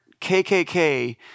KKK